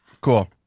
Cool